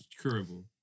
curable